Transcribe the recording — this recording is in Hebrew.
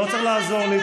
לא צריך לעזור לי.